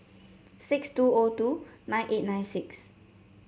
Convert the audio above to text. six two O two nine eight nine six